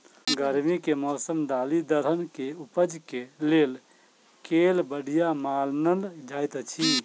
गर्मी केँ मौसम दालि दलहन केँ उपज केँ लेल केल बढ़िया मानल जाइत अछि?